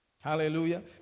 Hallelujah